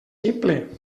ximple